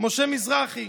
משה מזרחי,